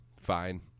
fine